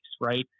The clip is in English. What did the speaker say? right